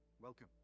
welcome